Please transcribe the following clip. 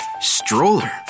Stroller